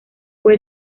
fue